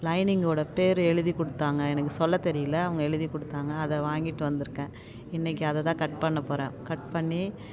லைனிங்கோடு பேர் எழுதி கொடுத்தாங்க எனக்கு சொல்ல தெரியலை அவங்க எழுதி கொடுத்தாங்க அதை வாங்கிட்டு வந்திருக்கேன் இன்றைக்கி அதை தான் கட் பண்ண போகிறேன் கட் பண்ணி